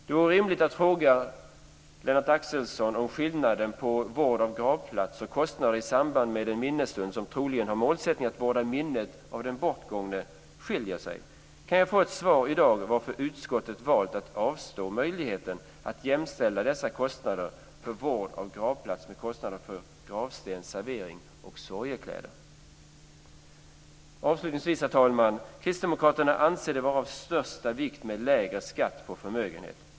Det vore rimligt att fråga Lennart Axelsson om vård av gravplats och kostnader i samband med en minneslund, som troligen har målsättningen att vårda minnet av den bortgångne, skiljer sig. Kan jag få ett svar i dag varför utskottet valt att avstå möjligheten att jämställa kostnaderna för vård av gravplats med kostnaderna för gravsten, servering och sorgkläder? Avslutningsvis, herr talman! kristdemokraterna anser det vara av största vikt med lägre skatt på förmögenhet.